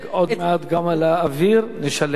עוד מעט גם על האוויר נשלם מס.